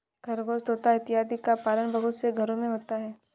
खरगोश तोता इत्यादि का पालन बहुत से घरों में होता है